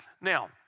Now